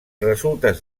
resultes